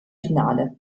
finale